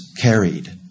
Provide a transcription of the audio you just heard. carried